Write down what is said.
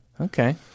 Okay